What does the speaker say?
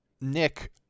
Nick